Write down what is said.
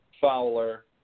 fowler